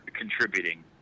contributing